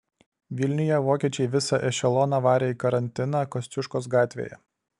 vilniuje vokiečiai visą ešeloną varė į karantiną kosciuškos gatvėje